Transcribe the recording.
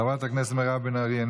חברת הכנסת מירב בן ארי,